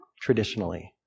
traditionally